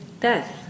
death